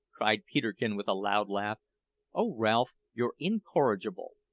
cried peterkin with a loud laugh oh ralph, you're incorrigible!